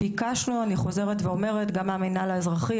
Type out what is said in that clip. אני חוזרת ואומרת גם מהמנהל האזרחי,